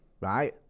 Right